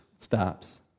stops